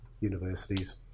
universities